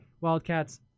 Wildcats